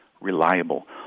reliable